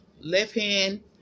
left-hand